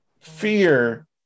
fear